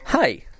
Hi